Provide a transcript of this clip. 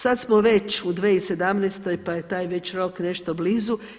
Sada smo već u 2017. pa je taj već rok nešto blizu.